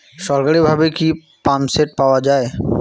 সরকারিভাবে কি পাম্পসেট পাওয়া যায়?